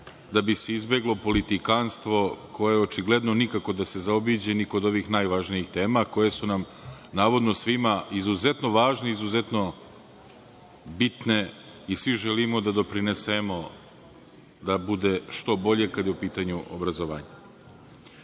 da bi se izbeglo politikanstvo koje očigledno nikako da se zaobiđe ni kod ovih najvažnijih tema koje su nam navodno svima izuzetno važne i izuzetno bitne i svi želimo da doprinesemo da bude što bolje kada je u pitanju obrazovanje. Obrazovni